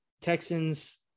Texans